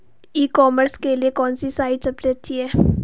ई commerce के लिए कौनसी साइट सबसे अच्छी है?